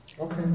Okay